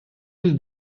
жүз